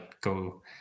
go